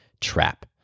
trap